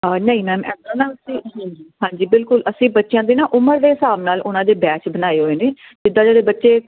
ਹਾਂ ਨਹੀਂ ਮੈਮ ਐਦਾਂ ਨਾ ਹਾਂਜੀ ਹਾਂਜੀ ਬਿਲਕੁਲ ਅਸੀਂ ਬੱਚਿਆਂ ਦੇ ਨਾ ਉਮਰ ਦੇ ਹਿਸਾਬ ਨਾਲ ਉਹਨਾਂ ਦੇ ਬੈਚ ਬਣਾਏ ਹੋਏ ਨੇ ਜਿੱਦਾਂ ਜਿਹੜੇ ਬੱਚੇ